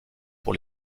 pour